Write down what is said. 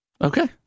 Okay